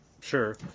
Sure